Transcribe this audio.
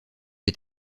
est